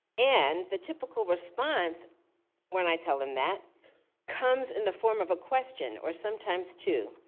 and the typical response when i tell them that comes in the form of a question or sometimes two.